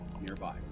nearby